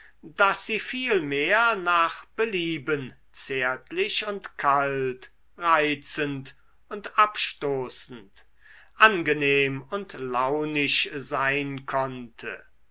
daß sie vielmehr nach belieben zärtlich und kalt reizend und abstoßend angenehm und launisch sein konnte